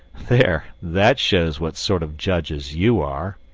there, that shows what sort of judges you are!